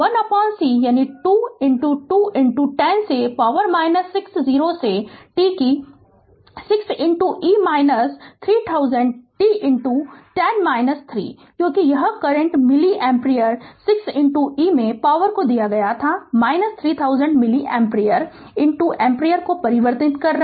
तो 1c यानी 2210 से पावर 6 0 से t कि 6e 3000t10 3 क्योंकि यह करंट मिलि एम्पीयर 6e में पावर को दिया गया था 3000 मिली एम्पीयर एम्पियर को परिवर्तित कर रहे हैं